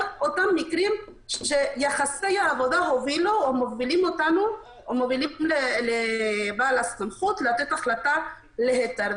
מקרים שיחסי העבודה מובילים את בעל הסמכות לתת היתר.